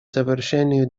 завершению